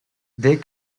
they